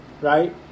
Right